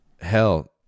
Hell